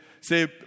say